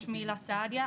שמי הילה סעדיה,